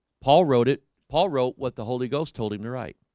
paul wrote it paul wrote what the holy ghost told him to write